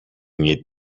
need